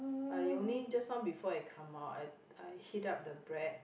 I only just now before I come out I I heat up the bread